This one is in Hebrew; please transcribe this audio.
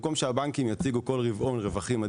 ואנחנו עושים את